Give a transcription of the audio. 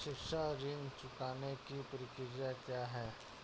शिक्षा ऋण चुकाने की प्रक्रिया क्या है?